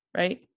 right